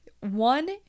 One